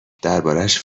دربارش